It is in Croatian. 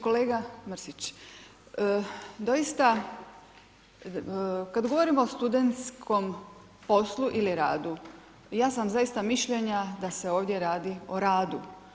Kolega Mrsić, doista kada govorimo o studentskom poslu ili radu, ja sam zaista mišljenja da se ovdje radi o radu.